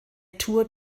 tour